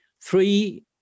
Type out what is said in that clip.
three